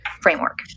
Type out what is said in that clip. framework